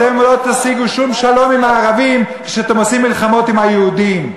אתם לא תשיגו שום שלום עם הערבים כשאתם עושים מלחמות עם היהודים.